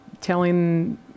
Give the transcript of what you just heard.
telling